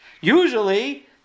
Usually